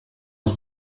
del